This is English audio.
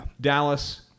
Dallas